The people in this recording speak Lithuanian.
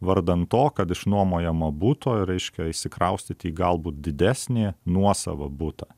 vardan to kad iš nuomojamo buto ir reiškia išsikraustyti į galbūt didesnį nuosavą butą